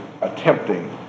attempting